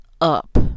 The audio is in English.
up